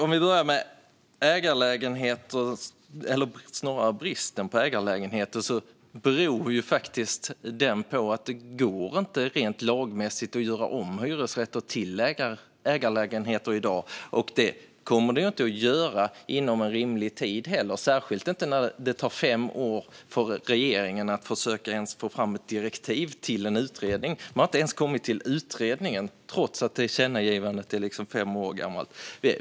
Herr talman! Bristen på ägarlägenheter beror på att det i dag rent lagmässigt inte går att göra om hyresrätter till ägarlägenheter. Det kommer det inte att göra inom en rimlig tid heller, särskilt inte när det tar fem år för regeringen att försöka få fram ett direktiv till en utredning. Man har inte ens kommit till utredningen, trots att tillkännagivandet är fem år gammalt.